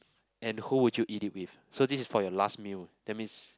and who would you eat it with so this is for your last meal that means